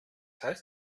heißt